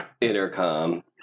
Intercom